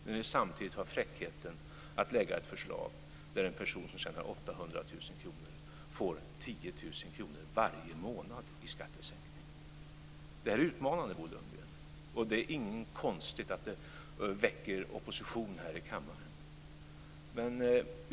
Ni har samtidigt fräckheten att lägga fram ett förslag där en person som tjänar 800 000 kr får 10 000 kronor i skattesänkning varje månad. Det här är utmanande, Bo Lundgren, och det är inte konstigt att det väcker opposition här i kammaren.